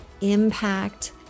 impact